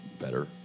better